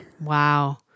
Wow